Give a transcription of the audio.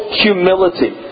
humility